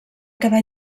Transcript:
quedar